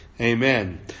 Amen